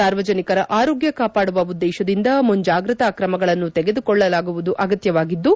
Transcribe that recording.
ಸಾರ್ವಜನಿಕರ ಆರೋಗ್ಯ ಕಾಪಾಡುವ ಉದ್ದೇಶದಿಂದ ಮುಂಜಾಗ್ರತಾ ಕ್ರಮಗಳನ್ನು ತೆಗೆದುಕೊಳ್ಳುವುದು ಅಗತ್ಯವಾಗಿದ್ದು